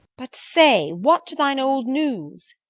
but, say, what to thine old news?